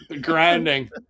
grinding